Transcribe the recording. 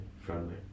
friendly